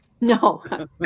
No